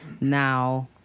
Now